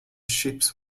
ships